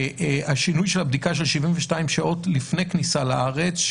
השינוי של הבדיקה של 72 שעות לפני כניסה לארץ,